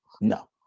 No